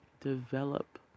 Develop